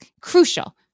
crucial